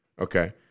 Okay